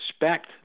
Respect